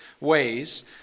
ways